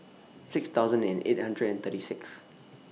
six thousand and eight hundred and thirty Sixth